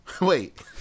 Wait